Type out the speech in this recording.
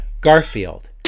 Garfield